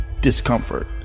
discomfort